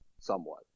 Somewhat